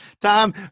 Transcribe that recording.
Tom